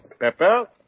pepper